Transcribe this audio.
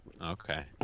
Okay